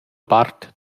part